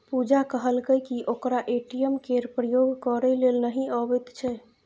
पुजा कहलकै कि ओकरा ए.टी.एम केर प्रयोग करय लेल नहि अबैत छै